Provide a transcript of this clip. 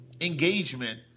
engagement